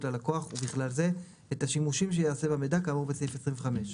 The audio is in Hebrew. ללקוח ובכלל זה את השימושים שיעשה במידע כאמור בסעיף 25,